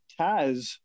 Taz